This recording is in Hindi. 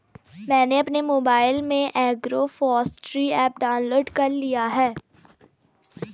मैंने अपने मोबाइल में एग्रोफॉसट्री ऐप डाउनलोड कर लिया है